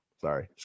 Sorry